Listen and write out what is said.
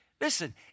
Listen